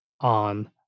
on